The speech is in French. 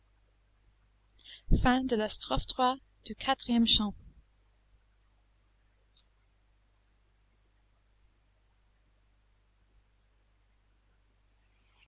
le quatrième chant